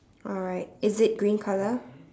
alright is it green colour